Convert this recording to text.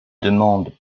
demandent